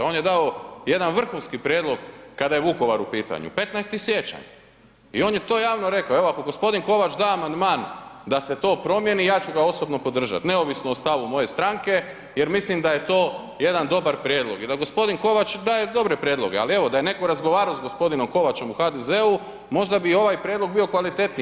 On je dao jedan vrhunski prijedlog kada je Vukovar u pitanju 15. siječanj i on je to javno rekao i evo ako gospodin Kovač da amandman da se to promijeni ja ću ga osobno podržat neovisno o stavu moje stranke jer mislim da je to jedan dobar prijedlog i da gospodin Kovač daje dobre prijedloge, ali evo da je netko razgovarao s gospodinom Kovačem u HDZ-u možda bi i ovaj prijedlog bio kvalitetniji.